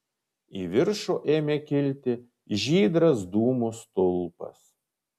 į viršų ėmė kilti žydras dūmų stulpas